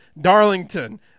Darlington